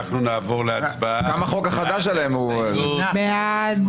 נצביע על הסתייגות 195 מי בעד?